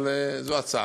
אבל זו הצעה.